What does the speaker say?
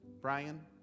Brian